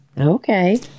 Okay